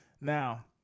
Now